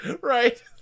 Right